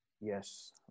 Yes